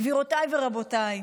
גבירותיי ורבותיי,